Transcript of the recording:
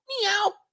Meow